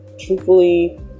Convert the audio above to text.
truthfully